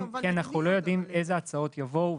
כי אנחנו לא יודעים איזה הצעות יבואו.